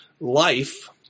Life